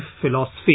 philosophy